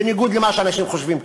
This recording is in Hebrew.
בניגוד למה שאנשים חושבים כאן,